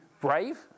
brave